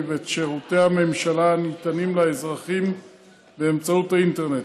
ואת שירותי הממשלה הניתנים לאזרחים באמצעות האינטרנט.